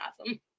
awesome